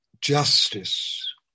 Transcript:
justice